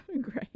Great